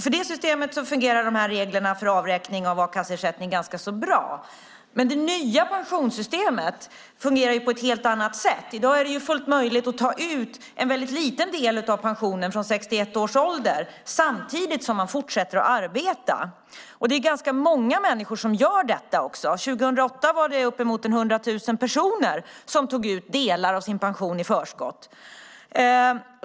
För det systemet fungerar reglerna för avräkning av a-kasseersättning ganska bra medan det nya pensionssystemet fungerar på ett helt annat sätt. I dag är det från 61 års ålder fullt möjligt att ta ut en väldigt liten del av pensionen samtidigt som man fortsätter att arbeta. Ganska många människor gör det också. År 2008 tog uppemot 100 000 personer ut delar av sin pension i förskott.